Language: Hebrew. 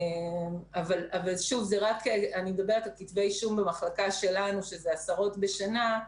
אני מדברת על כתבי אישום במחלקה שלנו שזה עשרות בשנה.